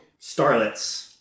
starlets